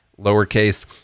lowercase